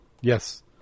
yes